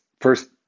first